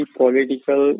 political